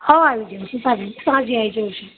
હા આવી જઉં છું સાંજે સાંજે આવી જઉં છું